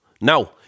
Now